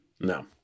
No